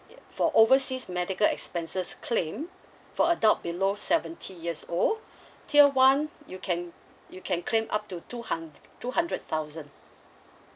for overseas medical expenses claim for adult below seventy years old tier one you can you can claim up to two hun~ two hundred thousand